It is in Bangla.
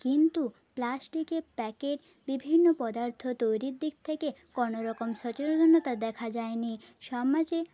কিন্তু প্লাস্টিকের প্যাকেট বিভিন্ন পদার্থ তৈরির দিক থেকে কোনোরকম সচেতনতা দেখা যায় নি সমাজে